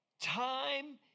time